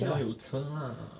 如果有车 lah